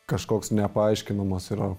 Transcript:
kažkoks nepaaiškinamas yra